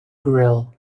grill